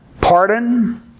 pardon